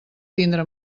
tindre